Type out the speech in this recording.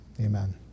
Amen